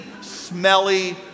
smelly